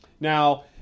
Now